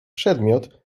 przedmiot